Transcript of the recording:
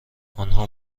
آنها